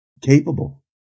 capable